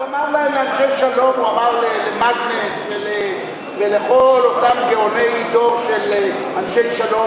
הוא אמר למגנס ולכל אותם גאוני דור של אנשי שלום,